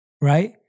right